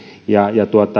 ja